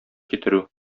китерү